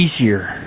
easier